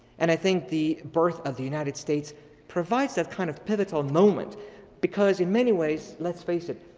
and i think the birth of the united states provides that kind of pivotal moment because in many ways, let's face it,